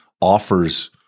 offers